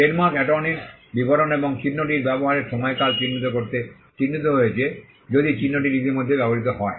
trademark এটর্নির বিবরণ এবং চিহ্নটির ব্যবহারের সময়কাল চিহ্নিত করতে চিহ্নিত হয়েছে যদি চিহ্নটি ইতিমধ্যে ব্যবহৃত হয়